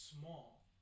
small